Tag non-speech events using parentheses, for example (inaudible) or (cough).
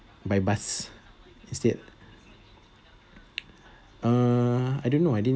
by bus instead uh (noise) I don't know I didn't